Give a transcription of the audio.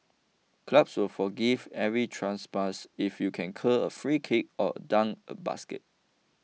clubs will forgive every transpass if you can curl a free kick or dunk a basket